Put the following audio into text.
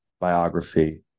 biography